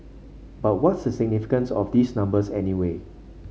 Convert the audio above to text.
but what's the significance of these numbers anyway